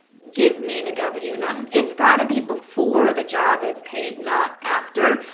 give me the w nine. it's gotta be before the job is paid, not after.